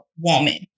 woman